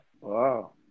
Wow